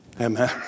Amen